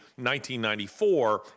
1994